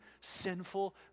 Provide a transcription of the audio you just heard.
sinful